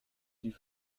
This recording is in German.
die